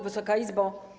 Wysoka Izbo!